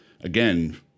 again